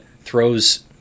throws